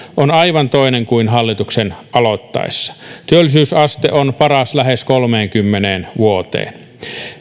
on aivan toinen kuin hallituksen aloittaessa työllisyysaste on paras lähes kolmeenkymmeneen vuoteen